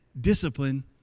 discipline